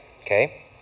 Okay